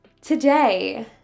Today